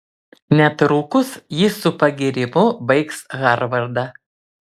netrukus jis su pagyrimu baigs harvardą